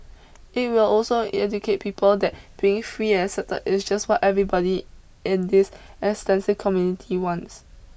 it will also educate people that being free accepted is just what everybody in this extensive community wants